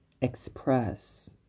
express